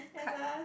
ya sia